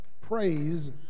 praise